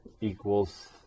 equals